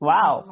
Wow